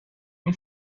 mio